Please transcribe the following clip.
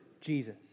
Jesus